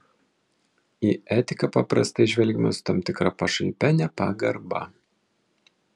į etiką paprastai žvelgiama su tam tikra pašaipia nepagarba